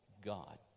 God